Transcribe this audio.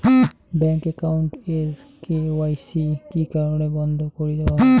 Bank account এর KYC কি কি কারণে বন্ধ করি দেওয়া হয়?